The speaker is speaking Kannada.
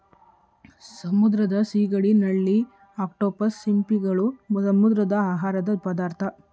ಸಮುದ್ರದ ಸಿಗಡಿ, ನಳ್ಳಿ, ಅಕ್ಟೋಪಸ್, ಸಿಂಪಿಗಳು, ಸಮುದ್ರದ ಆಹಾರದ ಪದಾರ್ಥ